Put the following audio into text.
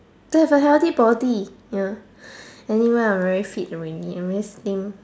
to have a healthy body you know anyway I very fit already I very slim